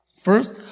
First